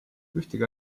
ühtegi